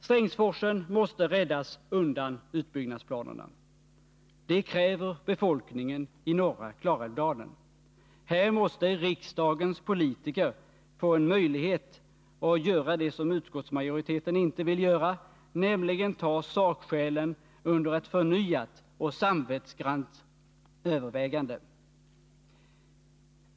Strängsforsen måste räddas undan utbyggnadsplanerna. Det kräver befolkningen i norra Klarälvsdalen. Här måste riksdagens politiker få en möjlighet att göra det som utskottsmajoriteten inte vill göra, nämligen ta sakskälen under ett förnyat och samvetsgrant övervägande.